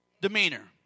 demeanor